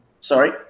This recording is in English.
sorry